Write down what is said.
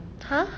!huh!